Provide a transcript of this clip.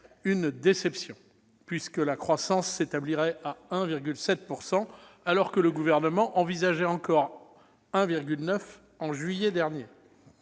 une déception, puisque la croissance s'établirait à 1,7 %, alors que le Gouvernement envisageait encore 1,9 % en juillet dernier.